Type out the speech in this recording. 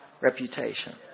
reputation